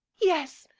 yes,